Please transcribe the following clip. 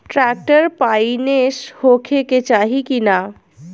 Tractor पाईनेस होखे के चाही कि ना?